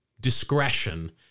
discretion